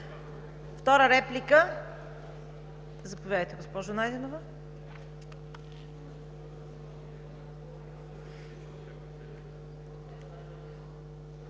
Втора реплика? Заповядайте, госпожо Найденова.